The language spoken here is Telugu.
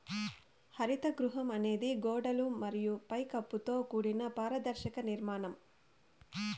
హరిత గృహం అనేది గోడలు మరియు పై కప్పుతో కూడిన పారదర్శక నిర్మాణం